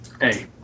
Hey